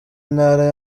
intara